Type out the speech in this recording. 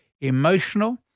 emotional